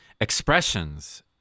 expressions